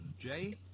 Jay